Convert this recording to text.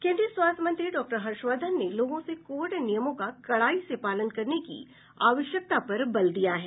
केन्द्रीय स्वास्थ्य मंत्री डॉक्टर हर्षवर्धन ने लोगों से कोविड नियमों का कड़ाई से पालन करने की आवश्यकता पर बल दिया है